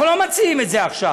אנחנו לא מציעים את זה עכשיו,